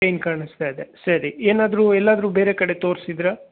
pain ಕಾಣಿಸ್ತ ಇದೆ ಸರಿ ಏನಾದ್ರೂ ಎಲ್ಲಾದ್ರೂ ಬೇರೆ ಕಡೆ ತೋರಿಸಿದ್ರಾ